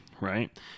right